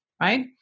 right